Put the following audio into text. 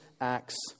acts